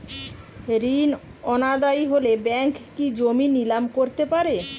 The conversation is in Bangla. ঋণ অনাদায়ি হলে ব্যাঙ্ক কি জমি নিলাম করতে পারে?